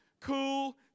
cool